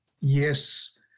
yes